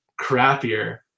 crappier